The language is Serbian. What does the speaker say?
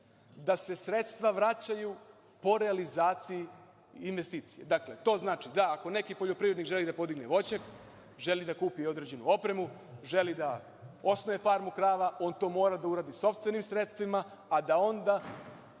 da se sredstva vraćaju po realizaciji investicija. Dakle, to znači da ako neki poljoprivrednik želi da podigne voćnjak, želi da kupi određenu opremu, želi da osnuje farmu krava, on to mora da uradi sopstvenim sredstvima, a da onda